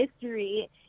history